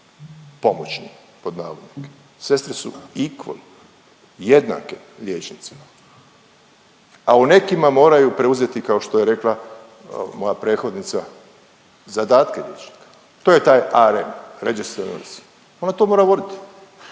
pomoćni pod navodnike, sestre su …/Govornik se ne razumije./… jednake liječnicima a u nekima moraju preuzeti kao što je rekla moja prethodnica zadatke liječnika. To je taj RN …/Govornik se ne razumije./… Ona to mora voditi.